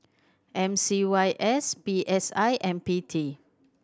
M C Y S P S I and P T